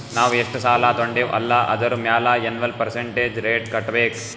ನಾವ್ ಎಷ್ಟ ಸಾಲಾ ತೊಂಡಿವ್ ಅಲ್ಲಾ ಅದುರ್ ಮ್ಯಾಲ ಎನ್ವಲ್ ಪರ್ಸಂಟೇಜ್ ರೇಟ್ ಕಟ್ಟಬೇಕ್